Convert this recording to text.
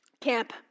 Camp